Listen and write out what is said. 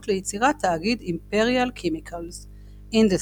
ליצירת תאגיד אימפריאל כמיקל אינדסטריז,